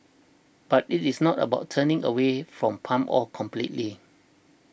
but it is not about turning away from palm oil completely